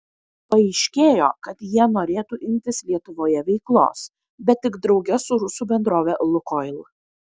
paaiškėjo kad jie norėtų imtis lietuvoje veiklos bet tik drauge su rusų bendrove lukoil